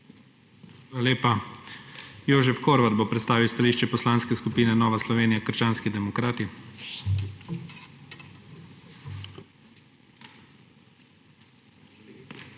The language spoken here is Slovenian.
Hvala lepa. Jožef Horvat bo predstavil stališče Poslanske skupine Nova Slovenija - krščanski demokrati. JOŽEF